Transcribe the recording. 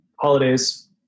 holidays